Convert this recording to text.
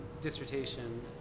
dissertation